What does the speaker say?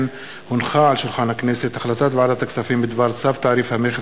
החלטת ועדת הכספים בדבר צו תעריף המכס